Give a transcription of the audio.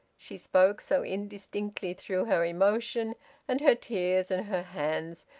she spoke so indistinctly through her emotion and her tears, and her hands,